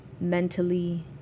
mentally